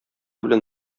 белән